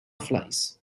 flies